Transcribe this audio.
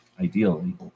ideally